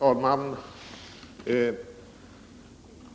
Herr talman!